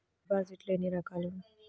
డిపాజిట్లు ఎన్ని రకాలు?